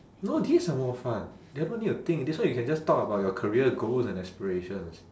no these are more fun the other one need to think this one you can just talk about your career goals and aspirations